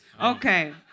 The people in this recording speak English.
Okay